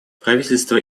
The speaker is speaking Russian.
правительство